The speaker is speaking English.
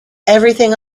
everything